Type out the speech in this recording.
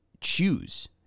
choose